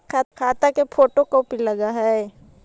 खाता के photocopy लगहै?